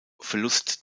verlust